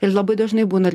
ir labai dažnai būna ir